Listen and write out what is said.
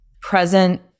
present